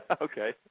Okay